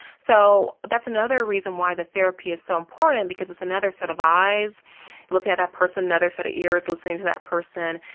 so that's another reason why the therapy is so important and because it's another set of eyes looking at that person, another set of ears listening to that person,